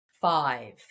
five